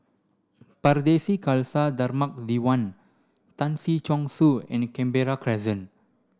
Pardesi Khalsa Dharmak Diwan Tan Si Chong Su and Canberra Crescent